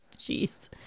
Jeez